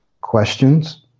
questions